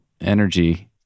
energy